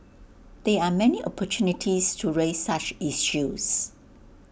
there are many opportunities to raise such issues